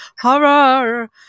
horror